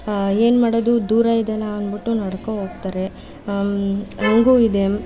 ಏನು ಮಾಡೋದು ದೂರವಿದೆಲ್ಲ ಅಂದ್ಬಿಟ್ಟು ನಡ್ಕೊ ಹೋಗ್ತಾರೆ ಹಂಗೂ ಇದೆ